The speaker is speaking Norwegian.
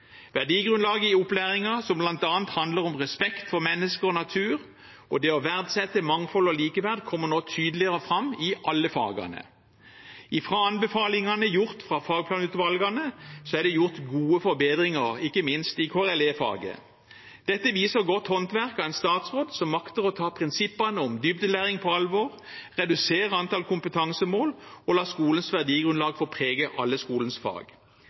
Verdigrunnlaget i opplæringen som bl.a. handler om respekt for mennesker og natur og det å verdsette mangfold og likeverd, kommer nå tydeligere fram i alle fagene. Fra anbefalingene gjort fra fagplanutvalgene er det gjort gode forbedringer, ikke minst i KRLE-faget. Dette viser godt håndverk av en statsråd som makter å ta prinsippene om dybdelæring på alvor, redusere antall kompetansemål og la skolens verdigrunnlag få prege alle skolens fag.